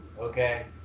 okay